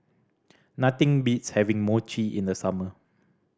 nothing beats having Mochi in the summer